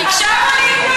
את הקשבת לי?